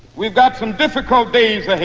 we've got some difficulties ahead.